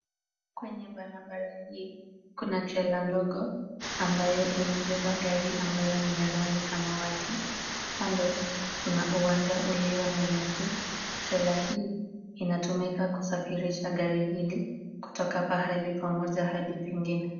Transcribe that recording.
Kwenye barabara hii kuna trela ndogo ambayo imebeba gari ambayo ni ya rangi samawati, kando kuna uwanja ulio na nyasi, trela hii inatumika kusafirisha gari hili kutoka pahali pamoja hadi pengine.